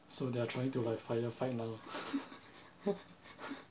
so they are trying to like firefight now